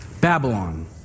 Babylon